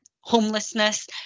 homelessness